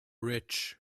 rich